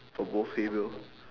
uh both hay bale